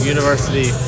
University